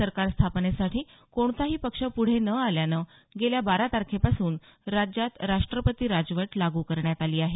सरकार स्थापनेसाठी कोणताही पक्ष पुढं न आल्यानं गेल्या बारा तारखेपासून राज्यात राष्ट्रपती राजवट लागू करण्यात आली आहे